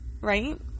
right